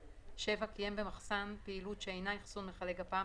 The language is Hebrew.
קיים במחסן פעילות שאינה אחסון מכלי גפ"מ,